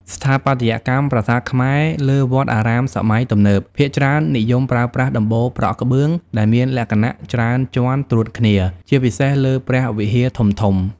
ស្ថាបត្យកម្មប្រាសាទខ្មែរលើវត្តអារាមសម័យទំនើបភាគច្រើននិយមប្រើប្រាស់ដំបូលប្រក់ក្បឿង ដែលមានលក្ខណៈច្រើនជាន់ត្រួតគ្នា ជាពិសេសលើព្រះវិហារធំៗ។